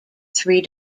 three